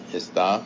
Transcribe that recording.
está